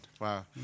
Wow